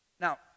Now